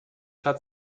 hat